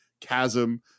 chasm